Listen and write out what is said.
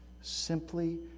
simply